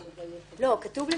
זה כתוב.